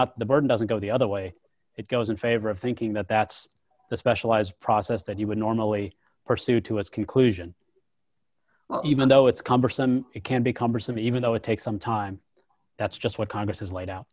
not the burden doesn't go the other way it goes in favor of thinking that that's the specialized process that you would normally pursue to its conclusion well even though it's cumbersome it can become for some even though it takes some time that's just what congress has laid out